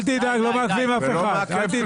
אל תדאג, לא מעכבים אף אחד.